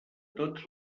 tots